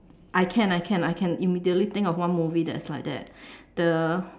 I can I can I can immediately think of one movie that is like that the